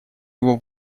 его